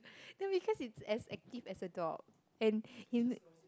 no because it's as active as a dog and you